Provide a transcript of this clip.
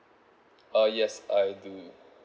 uh yes I do